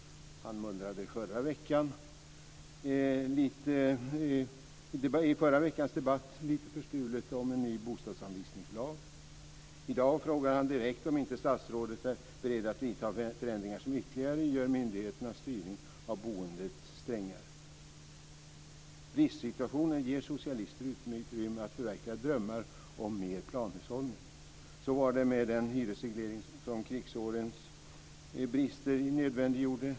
Han mullrade i förra veckans debatt lite förstulet om en ny bostadsanvisningslag. I dag frågar han direkt om inte statsrådet är beredd att vidta förändringar som ytterligare gör myndigheternas styrning av boendet strängare. Bristsituationen ger socialister utrymme att förverkliga drömmar om mer planhushållning. Så var det med den hyresreglering som krigsårens brister nödvändiggjorde.